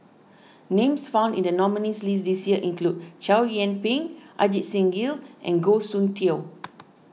names found in the nominees' list this year include Chow Yian Ping Ajit Singh Gill and Goh Soon Tioe